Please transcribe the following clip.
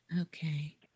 Okay